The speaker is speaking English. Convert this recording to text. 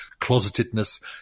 closetedness